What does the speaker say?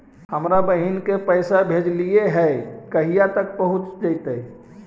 हमरा बहिन के पैसा भेजेलियै है कहिया तक पहुँच जैतै?